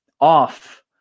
off